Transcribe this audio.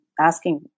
asking